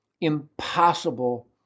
impossible